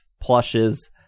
plushes